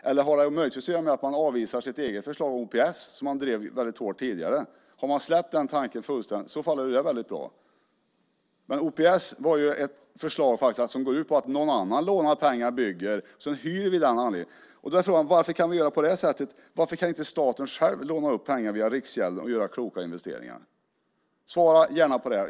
Eller har det möjligtvis att göra med att man avvisar sitt eget förslag om OPS som man tidigare väldigt hårt drev? Om man helt släppt den tanken är det väldigt bra. OPS är ett förslag som går ut på att någon annan lånar ut pengar och bygger och att vi sedan hyr. Varför ska vi göra på det sättet? Varför kan inte staten själv låna upp pengar via Riksgälden och göra kloka investeringar? Svara gärna!